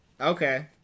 Okay